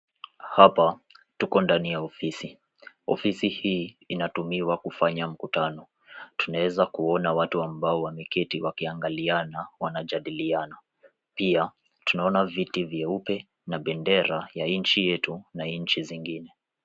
Hapa tuko ndani ya ofisi. Ofisi hii inatumiwa kufanya mkutano. Tunaweza kuona watu ambao wameketi wakiangaliana wanajadiliana. Pia tunaona viti vyeupe na bendera ya nchi yetu na nchi zingine.